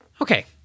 Okay